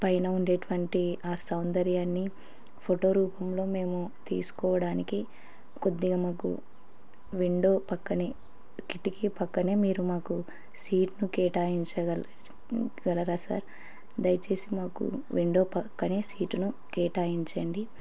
పైన ఉండేటువంటి ఆ సౌందర్యాన్ని ఫోటో రూపంలో మేము తీసుకోవడానికి కొద్దిగా మాకు విండో పక్కనే కిటికీ పక్కనే మీరు మాకు సీట్ను కేటాయించగలగలరా సార్ దయచేసి మాకు విండో పక్కనే సీటును కేటాయించండి